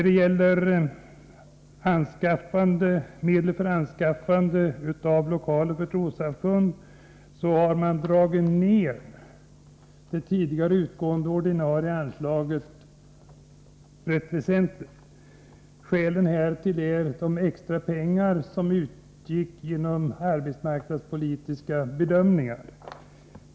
Det tidigare utgående ordinarie anslaget till anskaffande av lokaler för trossamfund har dragits ned ganska väsentligt. Skälet härtill är de extra pengar som betalades ut till följd av arbetsmarknadspolitiska bedömningar.